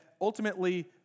ultimately